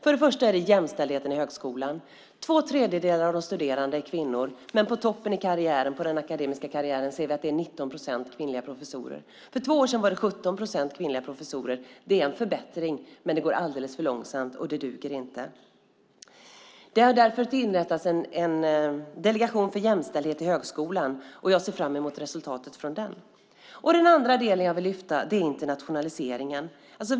Först är det jämställdheten i högskolan. Två tredjedelar av de studerande är kvinnor, men på toppen av den akademiska karriären finns 19 procent kvinnliga professorer. För två år sedan fanns 17 procent kvinnliga professorer. Det är en förbättring, men det går alldeles för långsamt. Det duger inte. Det har därför inrättats en delegation för jämställdhet i högskolan. Jag ser fram emot resultatet från den. Den andra delen jag vill lyfta fram är internationaliseringen.